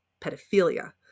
pedophilia